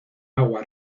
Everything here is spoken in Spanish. agua